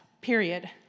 period